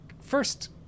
first